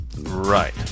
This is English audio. Right